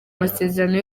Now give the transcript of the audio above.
masezerano